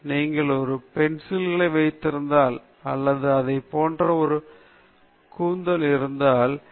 நீங்கள் நான்கு பென்சில்களை வைத்திருப்பதால் அல்லது இதைப் போன்ற ஒரு கூந்தல் இருப்பதால் நீங்கள் வித்தியாசமாக இருக்கக்கூடாது